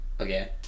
Okay